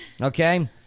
okay